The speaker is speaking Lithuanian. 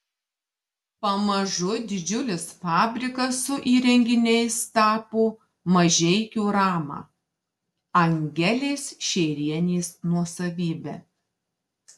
pamažu didžiulis fabrikas su įrenginiais tapo mažeikių rama angelės šeirienės nuosavybe